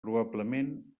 probablement